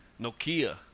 Nokia